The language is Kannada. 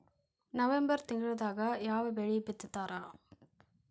ನವೆಂಬರ್ ತಿಂಗಳದಾಗ ಯಾವ ಬೆಳಿ ಬಿತ್ತತಾರ?